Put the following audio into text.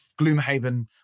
Gloomhaven